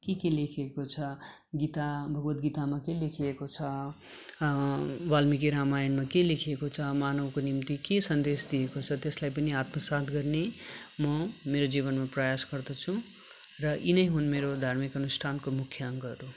के के लेखिएको छ गीता भागव गीतामा के के लेखिएको छ बाल्मीकि रामाणमा के लेखिएको छ मानवको निम्ति के सन्देश दिएको छ त्यसलाई पनि आत्मासाथ गर्ने म मेरो जीवनमा प्रयास गर्दछु र यी नै हुन् मेरो धार्मिक अनुष्ठानको मुख्य अङ्गहरू